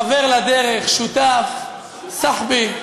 חבר לדרך, שותף, סחבי,